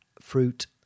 fruit